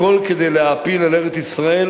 הכול כדי להעפיל אל ארץ-ישראל,